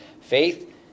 faith